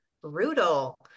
Brutal